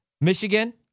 Michigan